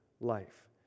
life